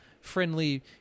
friendly